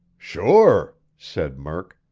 sure! said murk.